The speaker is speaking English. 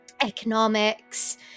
economics